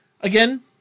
Again